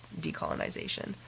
decolonization